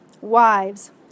wives